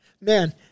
Man